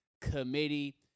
committee